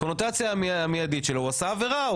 קונוטציה מידית שלו הוא עשה עבירה,